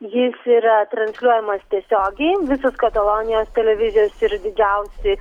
jis yra transliuojamas tiesiogiai visos katalonijos televizijos ir didžiausi